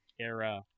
era